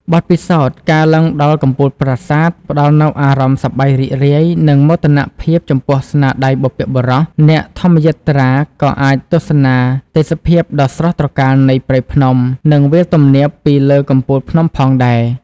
បទពិសោធន៍ការឡើងដល់កំពូលប្រាសាទ ផ្តល់នូវអារម្មណ៍សប្បាយរីករាយ និងមោទនភាពចំពោះស្នាដៃបុព្វបុរស អ្នកធម្មយាត្រាក៏អាចទស្សនាទេសភាពដ៏ស្រស់ត្រកាលនៃព្រៃភ្នំ និងវាលទំនាបពីលើកំពូលភ្នំផងដែរ។